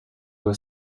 were